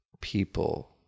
people